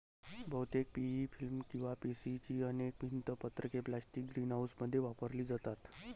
बहुतेक PE film किंवा PC ची अनेक भिंत पत्रके प्लास्टिक ग्रीनहाऊसमध्ये वापरली जातात